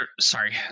sorry